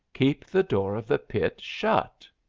keep the door of the pit shut.